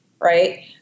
right